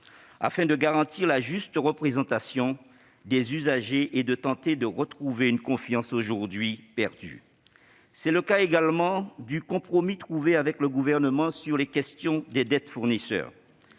afin de garantir la juste représentation des usagers et de tenter de retrouver une confiance aujourd'hui perdue. C'est le cas également du compromis trouvé avec le Gouvernement sur la question des dettes fournisseurs.